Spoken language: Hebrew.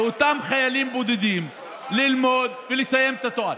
לאותם חיילים בודדים ללמוד ולסיים את התואר?